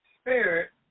spirit